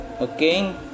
Okay